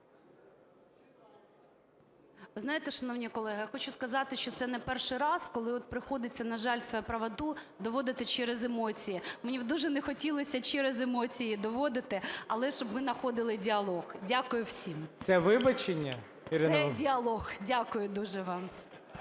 Ви знаєте, шановні колеги, я хочу сказати, що це не перший раз, коли приходиться, на жаль, свою правоту доводити через емоції. Мені б дуже не хотілося через емоції доводити, але щоб ми находили діалог. Дякую всім. ГОЛОВУЮЧИЙ. Це вибачення, Ірина…?